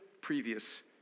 previous